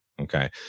Okay